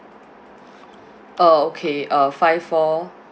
oh okay uh five four